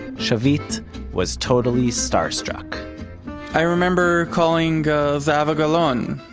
shavit was totally starstruck i remember calling zehava gal'on,